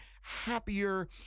happier